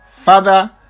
Father